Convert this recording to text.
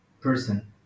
person